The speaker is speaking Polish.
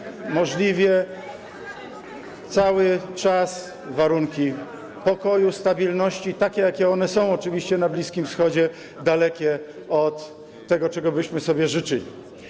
żeby utrzymać możliwie cały czas warunki pokoju, stabilności, takie jakie one są oczywiście na Bliskim Wschodzie, dalekie od tego, czego byśmy sobie życzyli.